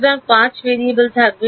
সুতরাং 5 ভেরিয়েবল থাকবে